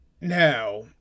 Now